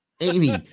Amy